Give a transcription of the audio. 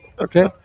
okay